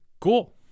Cool